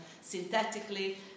synthetically